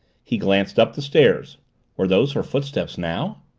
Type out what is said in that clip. he glanced up the stairs were those her footsteps now?